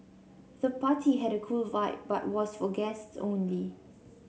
the party had a cool vibe but was for guests only